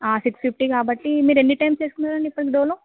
six fifty కాబట్టి మీరు ఎన్ని టైమ్స్ వేసుకున్నారండి ఇప్పటికి డోలో